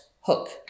hook